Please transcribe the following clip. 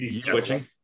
switching